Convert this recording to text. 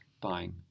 buying